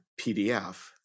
PDF